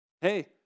hey